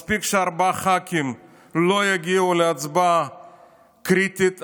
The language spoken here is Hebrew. מספיק שארבעה ח"כים לא יגיעו להצבעה קריטית,